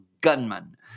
Gunman